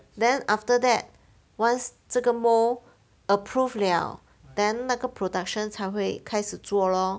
then after that once 这个 mould approved liao then 那个 production 才会开始做 lor